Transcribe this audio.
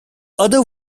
other